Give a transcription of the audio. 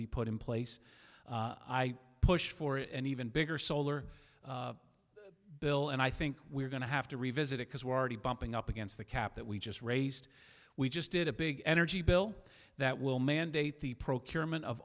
be put in place i pushed for an even bigger solar bill and i think we're going to have to revisit it because we're already bumping up against the cap that we just raised we just did a big energy bill that will mandate the procurement of